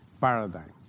paradigm